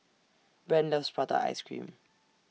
Brant loves Prata Ice Cream